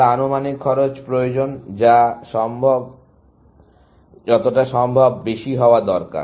আমার আনুমানিক খরচ প্রয়োজন যা যতটা সম্ভব বেশি হওয়া দরকার